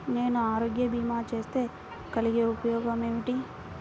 నేను ఆరోగ్య భీమా చేస్తే కలిగే ఉపయోగమేమిటీ?